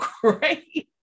great